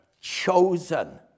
Chosen